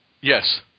Yes